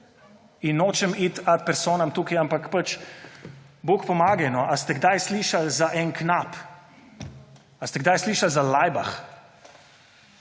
in nočem iti ad personam tukaj, ampak, bog pomagaj no, ali ste kdaj slišal za En Knap? Ali ste kdaj slišal za Laibach?